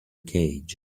cage